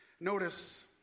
Notice